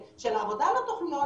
של העבודה על התוכניות,